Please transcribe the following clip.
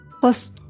Plus